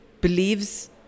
believes